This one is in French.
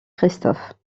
christophe